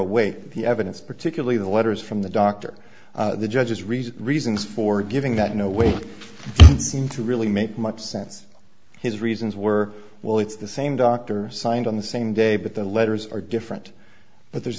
away the evidence particularly the letters from the doctor the judge's reasons reasons for giving that in no way seem to really make much sense his reasons were well it's the same doctor signed on the same day but the letters are different but there's